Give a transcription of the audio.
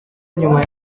nyuma